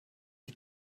die